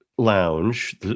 lounge